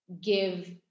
give